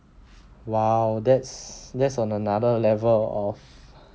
!wow! that's that's on another level of